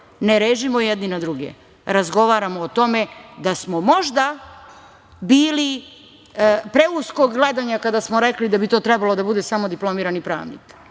ne režimo jedni na druge. Razgovaramo o tome da smo možda bili preuskog gledanja kada smo rekli da bi to trebalo da bude samo diplomirani pravnik